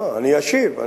אני אשיב.